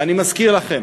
ואני מזכיר לכם: